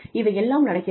இவை எல்லாம் நடக்கிறது